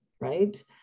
right